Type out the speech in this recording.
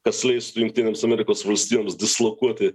kas leistų jungtinėms amerikos valstijoms dislokuoti